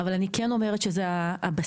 אבל אני חושבת ששומר בכניסה זה הבסיס,